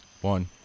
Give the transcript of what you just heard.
One